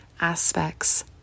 aspects